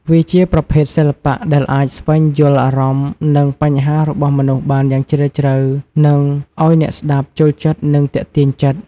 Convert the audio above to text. វាជាប្រភេទសិល្បៈដែលអាចស្វែងយល់អារម្មណ៍និងបញ្ហារបស់មនុស្សបានយ៉ាងជ្រាវជ្រៅ និងឲ្យអ្នកស្តាប់ចូលចិត្តនិងទាក់ទាញចិត្ត។